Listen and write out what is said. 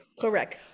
correct